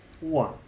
one